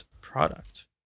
product